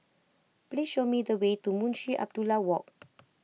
please show me the way to Munshi Abdullah Walk